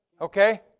Okay